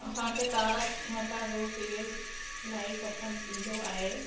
असांखे तारक मेहता जो सीरियल इलाही पसंदि ईंदो आहे